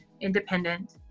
independent